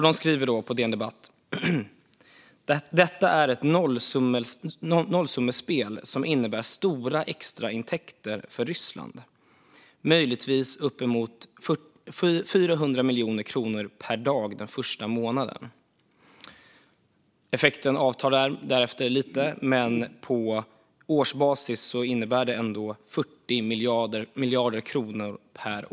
De skriver på DN Debatt: "Detta är ett nollsummespel som innebär stora extraintäkter för Ryssland - möjligtvis uppemot 400 miljoner kronor per dag den första månaden." Effekten avtar därefter lite, men det innebär ändå 40 miljarder kronor på årsbasis.